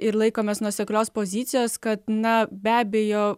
ir laikomės nuoseklios pozicijos kad na be abejo